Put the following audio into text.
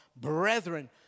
brethren